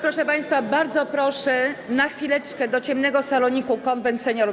Proszę państwa, bardzo proszę na chwileczkę do ciemnego saloniku - Konwent Seniorów.